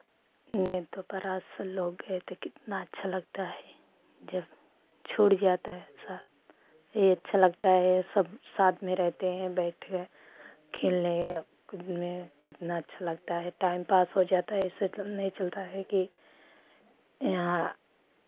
नहीं तो है तो कितना अच्छा लगता है जब छूट जाता है साथ ये अच्छा लगता है सब साथ में रहते हैं बैठे र खेलने या कूद में कितना अच्छा लगता है टाइम पास हो जाता है ऐसे तो नहीं चलता है कि यहाँ